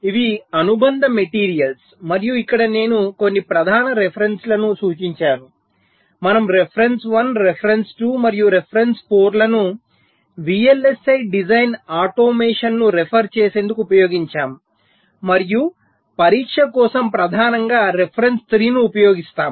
ఇవి అనుబంధ మెటీరియల్స్ మరియు ఇక్కడ నేను కొన్ని ప్రధాన రెఫరెన్సెస్ లను సూచించాను మనము రిఫరెన్స్ 1 రిఫరెన్స్ 2 మరియు రిఫరెన్స్ 4 లను VLSI డిజైన్ ఆటోమేషన్ను రెఫెర్ చేసేందుకు ఉపయోగించాము మరియు పరీక్ష కోసం ప్రధానంగా రిఫరెన్స్ 3 ను ఉపయోగిస్తాము